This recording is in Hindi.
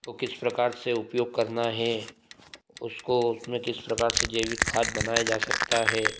वो किस प्रकार से उपयोग करना है उसको उसमें किस प्रकार से जैविक खाद बनाए जा सकता है